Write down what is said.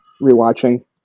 rewatching